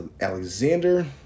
Alexander